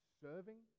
serving